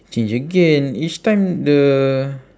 change again each time the